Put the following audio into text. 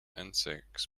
insects